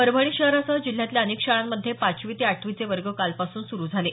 परभणी शहरासह जिल्ह्यातल्या अनेक शाळांमध्ये पाचवी ते आठवीचे वर्ग कालपासून सुरू झाले